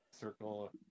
circle